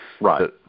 Right